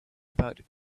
about